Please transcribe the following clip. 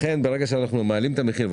ברגע שאנחנו מעלים את המחיר,